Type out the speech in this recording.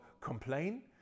complain